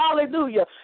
hallelujah